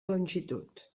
longitud